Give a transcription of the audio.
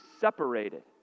separated